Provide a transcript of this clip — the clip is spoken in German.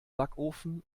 backofen